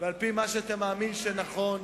ועל-פי מה שאתה מאמין שנכון.